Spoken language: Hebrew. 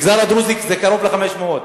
במגזר הדרוזי זה קרוב ל-500.